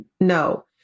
No